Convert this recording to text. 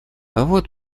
вот